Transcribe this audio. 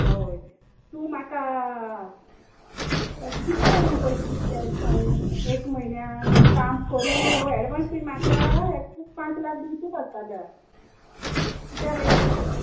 हय तूं म्हाका कित करून पयशे दितले एश कोन एक म्हयण्यान आम काम करुनू वोय एडवांस बी म्हाका एक पांच लाख दिवचे पट्टले ते लेब